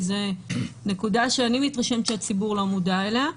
זו נקודה שאני מתרשמת שהציבור לא מודע אליה.